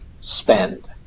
spend